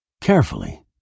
Carefully